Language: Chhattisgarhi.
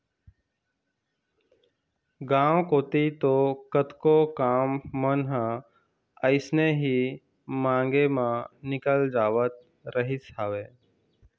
गांव कोती तो कतको काम मन ह अइसने ही मांगे म निकल जावत रहिस हवय